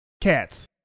Cats